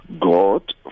God